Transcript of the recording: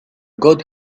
god